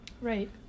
Right